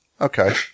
Okay